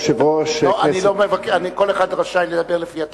כל אחד רשאי לדבר לפי התקנון.